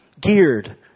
Geared